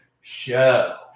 Show